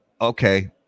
okay